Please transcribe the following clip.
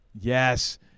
yes